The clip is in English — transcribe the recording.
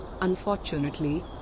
Unfortunately